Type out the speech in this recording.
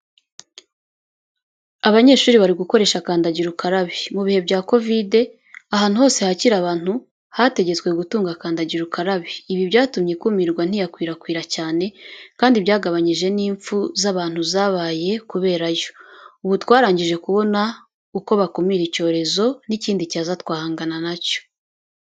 Abanyeshuri bari gukoresha kandagira ukarabe. Mu bihe bya kovide ahantu hose hakira abantu hategetswe gutunga kandagira ukarabe, ibi byatumye ikumirwa ntiyakwirakwira cyane, kandi byagabanyije n'impfu z'abantu zabaye kubera yo. Ubu twarangije kubona uko bakumira icyorezo n'ikindi cyaza twahangana na cyo.